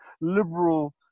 liberal